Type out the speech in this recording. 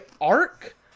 arc